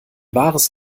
wahres